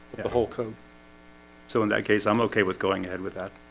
whole code so in that case, i'm okay with going ahead with that